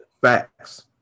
Facts